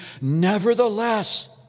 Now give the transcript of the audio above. Nevertheless